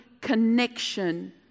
connection